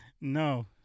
No